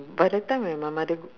by the time my my mother